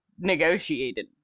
negotiated